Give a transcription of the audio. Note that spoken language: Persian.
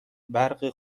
برق